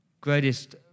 greatest